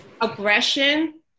aggression